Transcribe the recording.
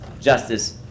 justice